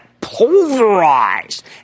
pulverized